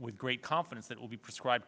with great confidence that will be prescribe